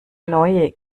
neue